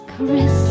Christmas